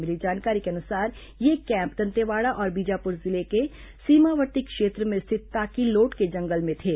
मिली जानकारी के अनुसार ये कैम्प दंतेवाड़ा और बीजापुर जिले के सीमावर्ती क्षेत्र में स्थित ताकीलोड के जंगल में थे